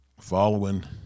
following